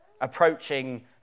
approaching